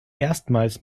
erstmals